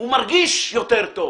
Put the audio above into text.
הוא מרגיש יותר טוב.